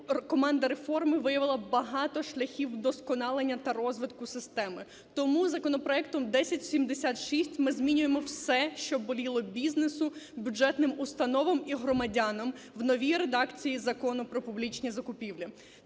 команда реформи виявила багато шляхів вдосконалення та розвитку системи, тому законопроектом 1076 ми змінюємо все, що боліло бізнесу, бюджетним установам і громадянам в новій редакції Закону "Про публічні закупівлі".